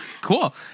Cool